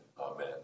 Amen